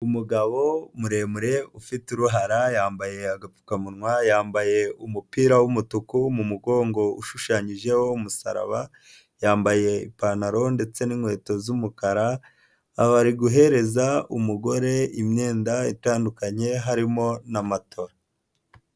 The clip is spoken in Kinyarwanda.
Umugabo muremure ufite uruhara yambaye agapfukamunwa, yambaye umupira w'umutuku mu mugongo ushushanyijeho umusaraba, yambaye ipantaro ndetse n'inkweto z'umukara akaba ari guhereza umugore imyenda itandukanye harimo na matora.